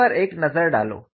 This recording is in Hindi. इस पर एक नज़र डालो